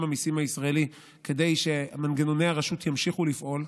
המיסים הישראלי כדי שמנגנוני הרשות ימשיכו לפעול.